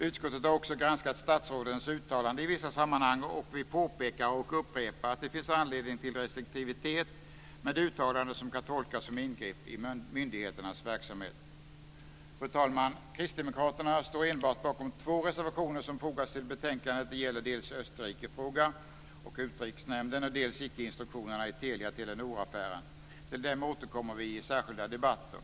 Utskottet har också granskat statsrådens uttalanden i vissa sammanhang och vi påpekar och upprepar att det finns anledning till restriktivitet med uttalanden som kan tolkas som ingrepp i myndigheternas verksamhet. Fru talman! Kristdemokraterna står bakom enbart två reservationer som fogats till betänkandet. Det gäller dels Österrikefrågan och Utrikesnämnden, dels icke-instruktionerna i Telia-Telenor-affären. Till dem återkommer vi i särskilda debatter.